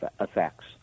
effects